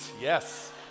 yes